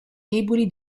deboli